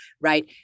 right